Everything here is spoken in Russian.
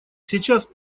сейчас